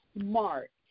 smart